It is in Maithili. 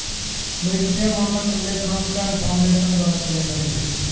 वित्तीय मानक लेखांकन फाउंडेशन द्वारा चलैलो जाय छै